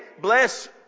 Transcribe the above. bless